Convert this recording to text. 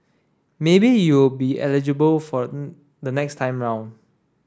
maybe you will be eligible for the next time round